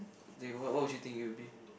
then what what would you think it would be